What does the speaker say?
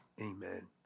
Amen